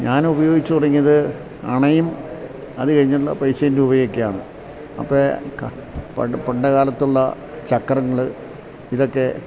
ഞാൻ ഉപയോഗിച്ചു തുടങ്ങിയത് അണയും അതു കഴിഞ്ഞുള്ള പൈസയും രൂപയുമൊക്കെയാണ് അപ്പോള് പണ്ടുകാലത്തുള്ള ചക്രങ്ങള് ഇതൊക്കെ